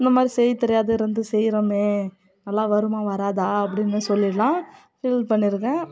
இந்த மாதிரி செய்ய தெரியாம இருந்து செய்கிறோமே நல்லா வருமா வராதா அப்படின்னு சொல்லியெலாம் ஃபீல் பண்ணியிருக்கேன்